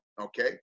Okay